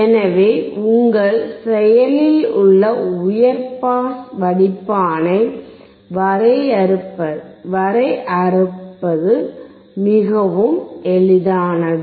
எனவே உங்கள் செயலில் உள்ள உயர் பாஸ் வடிப்பானை வரையறுப்பது மிகவும் எளிதானது